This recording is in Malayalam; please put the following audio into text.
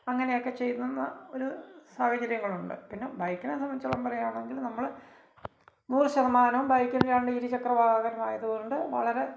അങ്ങനെയൊക്കെ ചെയ്യുന്ന ഒരു സാഹചര്യങ്ങളുണ്ട് പിന്നെ ബൈക്കിനെ സംബന്ധിച്ചോളം പറയാണെങ്കിൽ നമ്മൾ നൂറുശതമാനോം ബൈക്കൊക്കെ ആണേ ഇരുചക്ര വാഹനം ആയതു കൊണ്ട് വളരെ